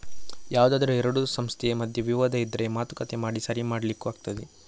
ಯಾವ್ದಾದ್ರೂ ಎರಡು ಸಂಸ್ಥೆ ಮಧ್ಯೆ ವಿವಾದ ಇದ್ರೆ ಮಾತುಕತೆ ಮಾಡಿ ಸರಿ ಮಾಡ್ಲಿಕ್ಕೂ ಆಗ್ತದೆ